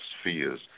spheres